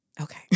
okay